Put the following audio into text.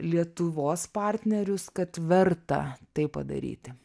lietuvos partnerius kad verta tai padaryti